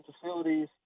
facilities